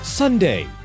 Sunday